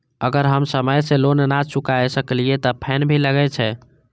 अगर हम समय से लोन ना चुकाए सकलिए ते फैन भी लगे छै?